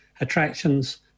attractions